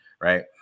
right